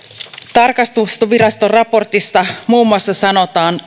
tarkastusviraston raportissa muun muassa sanotaan